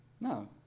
no